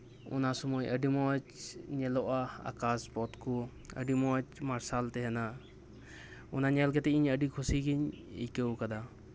ᱚᱱᱟᱥᱩᱢᱟᱹᱭ ᱟᱹᱰᱤᱢᱚᱸᱡᱽ ᱧᱮᱞᱚᱜᱼᱟ ᱟᱠᱟᱥ ᱯᱚᱛᱷᱠᱚ ᱟᱹᱰᱤ ᱢᱚᱸᱡᱽ ᱢᱟᱨᱥᱟᱞ ᱛᱟᱦᱮᱱᱟ ᱚᱱᱟ ᱧᱮᱞ ᱠᱟᱛᱮᱫ ᱤᱧ ᱟᱹᱰᱤ ᱠᱷᱩᱥᱤ ᱜᱤᱧ ᱟᱹᱭᱠᱟᱹᱣ ᱟᱠᱟᱫᱟ